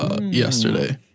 yesterday